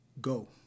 go